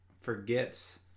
forgets